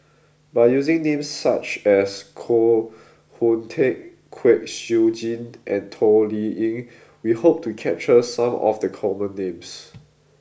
by using names such as Koh Hoon Teck Kwek Siew Jin and Toh Liying we hope to capture some of the common names